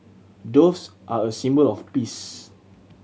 doves are a symbol of peace